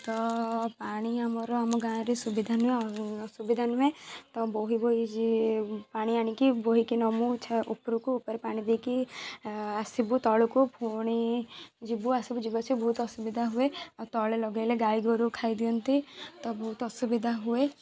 ତ ପାଣି ଆମର ଆମ ଗାଁରେ ସୁବିଧା ନୁହଁ ସୁବିଧା ନୁହେଁ ତ ବୋହି ବୋହି ପାଣି ଆଣିକି ବୋହିକି ନବୁ ଉପରକୁ ଉପରେ ପାଣି ଦେଇକି ଆସିବୁ ତଳକୁ ପୁଣି ଯିବୁ ଆସିବୁ ଯିବୁ ଆସିବୁ ବହୁତ ଅସୁବିଧା ହୁଏ ଆଉ ତଳେ ଲଗାଇଲେ ଗାଈ ଗୋରୁ ଖାଇଦିଅନ୍ତି ତ ବହୁତ ଅସୁବିଧା ହୁଏ